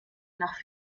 nach